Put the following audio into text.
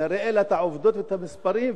ונראה לה את העובדות ואת המספרים,